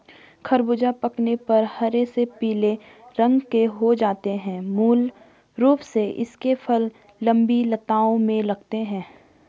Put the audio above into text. ख़रबूज़ा पकने पर हरे से पीले रंग के हो जाते है मूल रूप से इसके फल लम्बी लताओं में लगते हैं